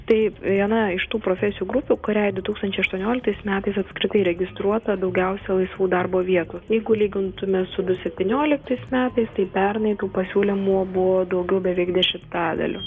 tai viena iš tų profesijų grupių kuriai du tūkstančiai aštuonioliktais metais apskritai registruota daugiausiai laisvų darbo vietų jeigu lygintumėme su du septynioliktais metais tai pernai tų pasiūlymų buvo daugiau beveik dešimtadaliu